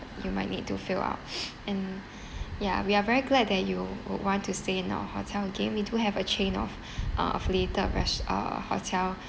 you might need to fill out and ya we are very glad that you would want to stay in our hotel and gave me to have a chance of uh affiliated res~ uh hotel